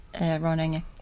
running